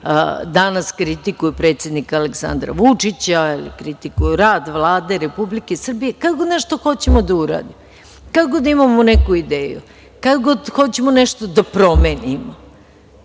danas kritikuju predsednika Aleksandra Vučića, kritikuju rad Vlade Republike Srbije, kad god nešto hoćemo da uradimo. Kad god imamo neku ideju, kad god hoćemo nešto da promenimo,